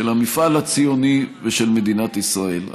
של המפעל הציוני ושל מדינת ישראל.